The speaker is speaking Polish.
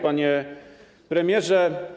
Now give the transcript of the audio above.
Panie Premierze!